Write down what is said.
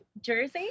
Jersey